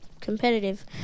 competitive